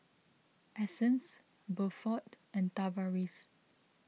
Essence Buford and Tavaris